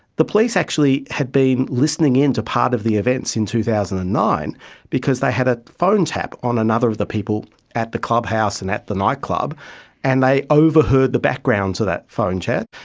the police actually had been listening in to part of the events in two thousand and nine because they had a phone tap on another of the people at the clubhouse and at the nightclub and they overheard the background to that phone chat.